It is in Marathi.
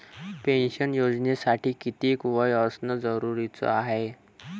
पेन्शन योजनेसाठी कितीक वय असनं जरुरीच हाय?